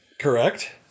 Correct